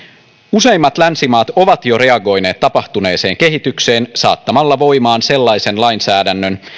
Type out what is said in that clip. useimmat länsimaat ovat jo reagoineet tapahtuneeseen kehitykseen saattamalla voimaan sellaisen lainsäädännön